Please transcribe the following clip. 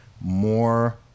more